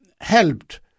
helped